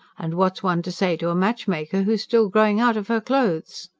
and what's one to say to a match-maker who is still growing out of her clothes?